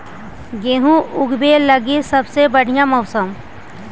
गेहूँ ऊगवे लगी सबसे बढ़िया मौसम?